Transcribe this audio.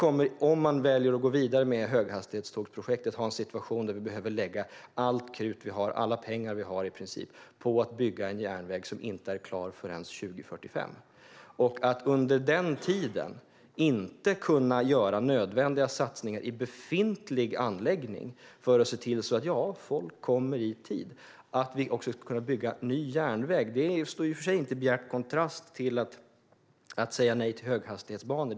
Om vi väljer att gå vidare med höghastighetstågsprojektet kommer vi att få en situation där vi behöver lägga nästan alla pengar vi har på att bygga en järnväg som inte är klar förrän år 2045. Man kommer under den tiden inte att kunna göra nödvändiga satsningar i befintlig anläggning för att folk ska kunna komma i tid. Att vi ska kunna bygga ny järnväg står i sig inte i bjärt kontrast mot att säga nej till höghastighetsbanor.